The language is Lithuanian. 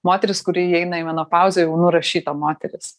moteris kuri įeina į menopauzę jau nurašyta moteris